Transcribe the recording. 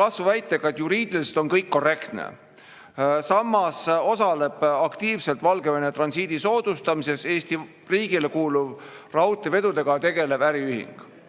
kasvu õigustanud väitega, et juriidiliselt on kõik korrektne. Samas osaleb aktiivselt Valgevene transiidi soodustamises Eesti riigile kuuluv raudteevedudega tegelev äriühing. Vaatame